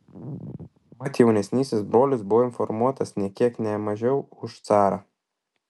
mat jaunesnysis brolis buvo informuotas nė kiek ne mažiau už carą